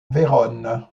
vérone